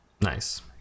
Nice